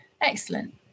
Excellent